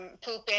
pooping